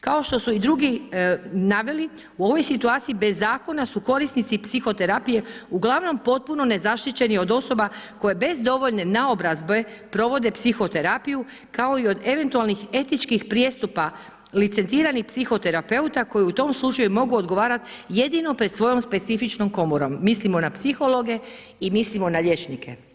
Kao što su i drugi naveli u ovoj situaciji bez zakona su korisnici psihoterapije uglavnom potpuno nezaštićeni od osoba koje bez dovoljne naobrazbe provode psihoterapiju kao i od eventualnih etičkih prijestupa licenciranih psihoterapeuta koji u tom slučaju mogu odgovarati jedino pred svojom specifičnom komorom, mislimo na psihologe i mislimo na liječnike.